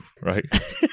right